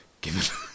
given